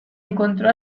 encontró